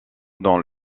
dans